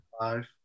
Five